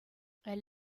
elle